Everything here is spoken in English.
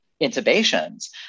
intubations